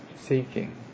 seeking